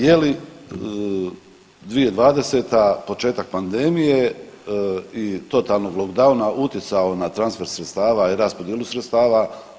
Je li 2020. početak pandemije i totalnog lockdowna utjecao na transfer sredstava i raspodjelu sredstava?